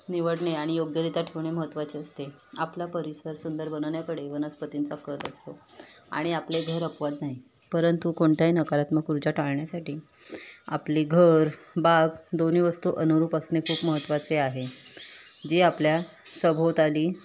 निवडणे आणि योग्यरित्या ठेवणे महत्त्वाचे असते आपला परिसर सुंदर बनवण्याकडे वनस्पतींचा कल असतो आणि आपले घर अपवाद नाही परंतु कोणत्याही नकारात्मक ऊर्जा टाळण्यासाठी आपले घर बाग दोन्ही वस्तू अनुरूप असणे खूप महत्त्वाचे आहे जे आपल्या सभोवताली